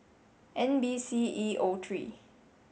N B C E O three